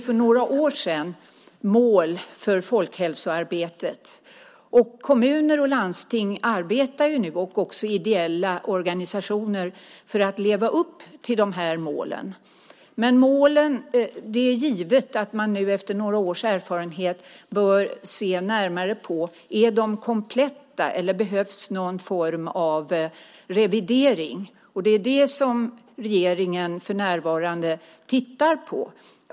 För några år sedan fick vi mål för folkhälsoarbetet. Kommuner, landsting och ideella organisationer arbetar nu för att leva upp till de här målen. Men det är givet att man nu efter några års erfarenhet bör se närmare på om målen är kompletta eller om det behövs någon form av revidering. Det är det som regeringen för närvarande tittar på.